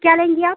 क्या लेंगी आप